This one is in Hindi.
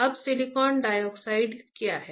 अब सिलिकॉन डाइऑक्साइड क्या है